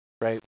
right